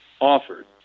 offered